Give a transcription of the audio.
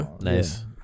Nice